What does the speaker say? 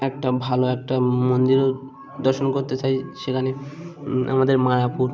একটা ভালো একটা মন্দিরও দর্শন করতে চাই সেখানে আমাদের মায়াপুর